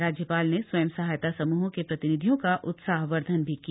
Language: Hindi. राज्यपाल ने स्वयं सहायता समूहों के प्रतिनिधियों का उत्साहवर्दधन भी किया